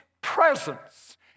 presence